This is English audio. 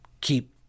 keep